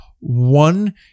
one